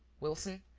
wilson,